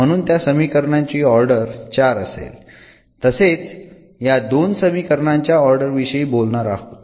म्हणून त्या समीकरणांची ऑर्डर 4 असेल तसेच आपण या दोन समीकरणांच्या ऑर्डर विषयी बोलणार आहोत